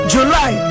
July